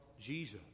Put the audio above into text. Jesus